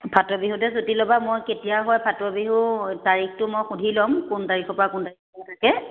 ফাটৰ বিহুতে ছুটী ল'বা মই কেতিয়া হয় ফাটৰ বিহু তাৰিখটো মই সুধি ল'ম কোন তাৰিখৰ পৰা কোন তাৰিখৰলৈকে